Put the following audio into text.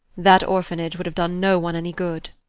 that orphanage would have done no one any good.